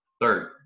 Third